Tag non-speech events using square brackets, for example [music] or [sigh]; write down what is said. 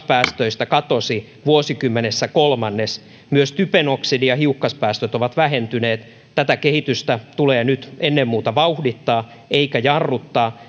[unintelligible] päästöistä katosi vuosikymmenessä kolmannes myös typen oksidi ja hiukkaspäästöt ovat vähentyneet tätä kehitystä tulee nyt ennen muuta vauhdittaa eikä jarruttaa [unintelligible]